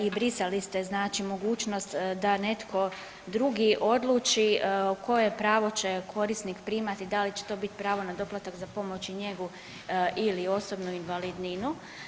I brisali ste znači mogućnost da netko drugi odluči koje pravo će korisnik primati da li će to biti pravo na doplatak za pomoć i njegu ili osobnu invalidninu.